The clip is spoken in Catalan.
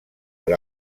per